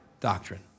doctrine